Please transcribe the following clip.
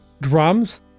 Drums